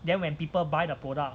then when people buy the product